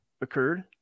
occurred